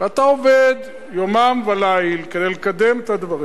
ואתה עובד יומם וליל כדי לקדם את הדברים.